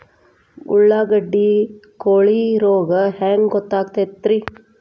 ಉಳ್ಳಾಗಡ್ಡಿ ಕೋಳಿ ರೋಗ ಹ್ಯಾಂಗ್ ಗೊತ್ತಕ್ಕೆತ್ರೇ?